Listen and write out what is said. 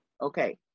okay